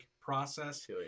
process